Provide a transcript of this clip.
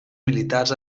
militars